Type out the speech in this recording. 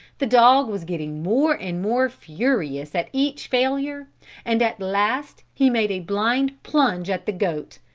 the dog was getting more and more furious at each failure and at last he made a blind plunge at the goat,